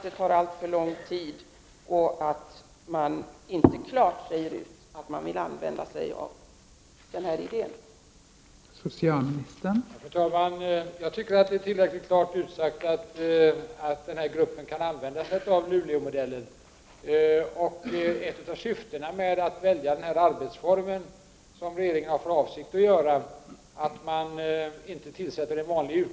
Det tar alltför lång tid, och regeringen utsäger inte klart att man vill använda sig av den här modellen.